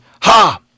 Ha